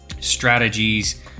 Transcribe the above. strategies